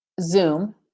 Zoom